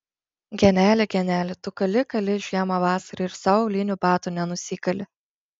geneli geneli tu kali kali žiemą vasarą ir sau aulinių batų nenusikali